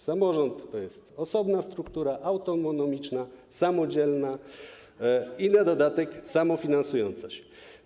Samorząd to jest osobna struktura, autonomiczna, samodzielna i na dodatek samofinansująca się.